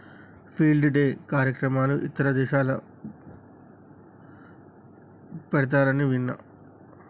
field day కార్యక్రమాలు ఇతర దేశాలల్ల పెడతారని విన్న